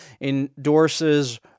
endorses